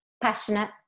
Passionate